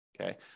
okay